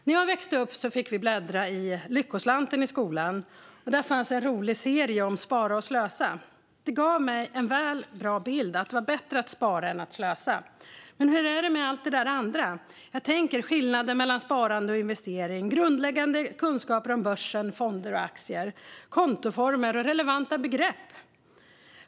När jag växte upp fick vi i skolan bläddra i Lyckoslanten, och där fanns en rolig serie om Spara och Slösa. Den gav mig en bra bild av att det var bättre att spara än att slösa. Men hur är det med allt det där andra? Jag tänker på skillnaden mellan sparande och investering, grundläggande kunskaper om börsen, fonder och aktier, kontoformer och relevanta begrepp.